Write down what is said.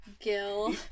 Gil